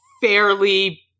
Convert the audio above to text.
fairly